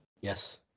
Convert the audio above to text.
yes